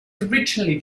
originally